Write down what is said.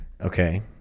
Okay